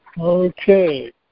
okay